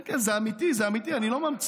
כן, כן, זה אמיתי, זה אמיתי, אני לא ממציא.